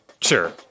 sure